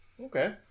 Okay